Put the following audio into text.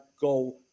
go